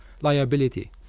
liability